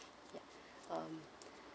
ya um